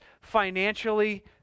financially